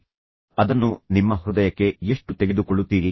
ಮತ್ತು ನಂತರ ನೀವು ಅದನ್ನು ನಿಮ್ಮ ಹೃದಯಕ್ಕೆ ಎಷ್ಟು ತೆಗೆದುಕೊಳ್ಳುತ್ತೀರಿ